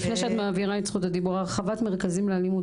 לפני שאת מעבירה את זכות הדיבור הרחבת מרכזים לאלימות,